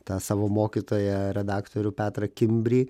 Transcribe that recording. tą savo mokytoją redaktorių petrą kimbrį